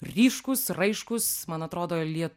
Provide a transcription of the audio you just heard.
ryškūs raiškūs man atrodo lie